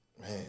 Man